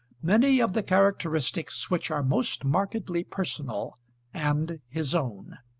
many of the characteristics which are most markedly personal and his own.